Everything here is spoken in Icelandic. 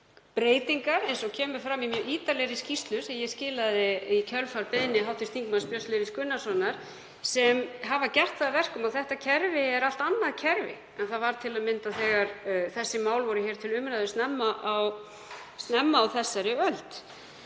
Íslandi, breytingar, eins og kemur fram í mjög ítarlegri skýrslu sem ég skilaði í kjölfar beiðni hv. þm. Björns Levís Gunnarssonar, sem hafa gert það að verkum að þetta kerfi er allt annað kerfi en það var til að mynda þegar þessi mál voru hér til umræðu snemma á þessari öld.